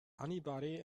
anybody